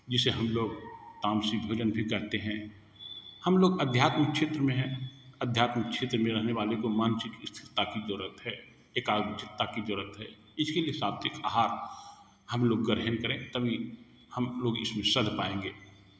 जिसे हम लोग तामसिक भोजन भी कहते हैं हम लोग अध्यात्म क्षेत्र में हैं अध्यात्म क्षेत्र में रहने वाले को मानसिक स्थिरता की ज़रूरत है एकाग्रचित्ता की ज़रूरत है इसके लिए सात्विक आहार हम लोग ग्रहण करें तभी हम लोग इसमें सध पाएँगे